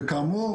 וכאמור,